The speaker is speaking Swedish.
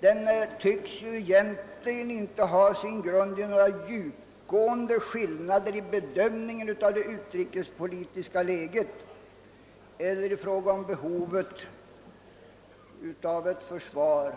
en gest. egentligen inte ha sin grund i några djupgående skillnader i bedömningen av det utrikespolitiska läget eller i fråga om behovet av ett försvar.